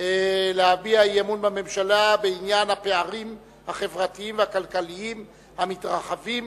להביע אי-אמון בממשלה בעניין הפערים החברתיים והכלכליים המתרחבים